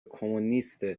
کمونیست